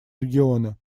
региона